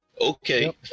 okay